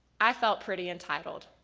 i felt pretty entitled.